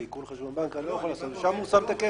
שעיקול חשבון בנק אני לא יכול לעשות ושם הוא שם את הכסף.